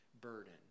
burden